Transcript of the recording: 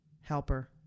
helper